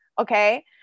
Okay